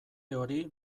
hori